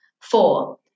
Four